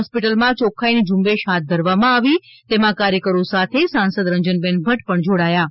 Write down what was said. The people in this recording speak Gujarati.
હોસ્પિટલમાં યોખ્ખાઈની ઝુંબેશ હાથ ધરવામાં આવી તેમાં કાર્યકરો સાથે સાંસદ રંજનબેન ભદ્દ પણ જોડાયા હતા